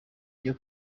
byo